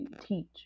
teach